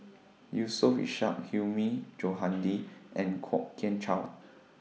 Yusof Ishak Hilmi Johandi and Kwok Kian Chow